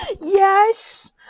Yes